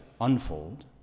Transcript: unfold